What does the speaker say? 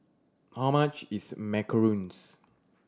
how much is macarons